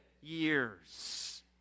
years